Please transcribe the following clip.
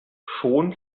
schon